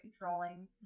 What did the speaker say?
controlling